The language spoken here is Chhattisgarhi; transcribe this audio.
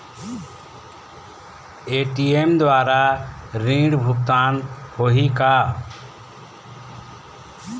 ए.टी.एम द्वारा ऋण भुगतान होही का?